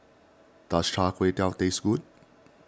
does Char Kway Teow taste good